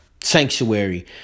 sanctuary